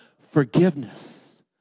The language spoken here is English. forgiveness